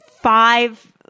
five